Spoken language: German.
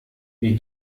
wie